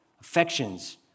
affections